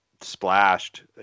splashed